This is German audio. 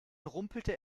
rumpelte